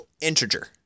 integer